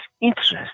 interest